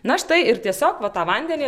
na štai ir tiesiog va tą vandenį